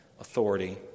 authority